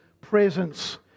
presence